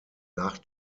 nach